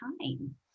time